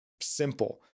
simple